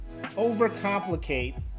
overcomplicate